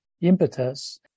impetus